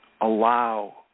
allow